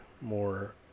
more